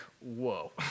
whoa